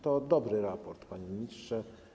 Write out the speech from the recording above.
To dobry raport, panie ministrze.